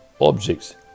objects